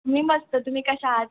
मी मस्त तुमी कशा आहात